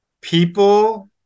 people